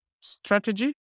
strategy